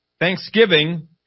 thanksgiving